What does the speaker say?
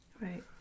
Right